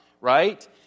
right